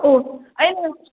ꯑꯣ ꯑꯩꯅ